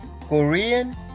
Korean